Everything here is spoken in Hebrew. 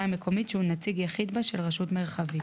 המקומית שהוא נציג יחיד בה של רשות מרחבית.".